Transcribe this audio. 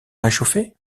réchauffer